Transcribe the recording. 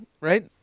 right